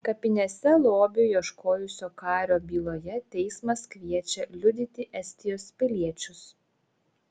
kapinėse lobių ieškojusio kario byloje teismas kviečia liudyti estijos piliečius